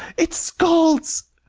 it scalds.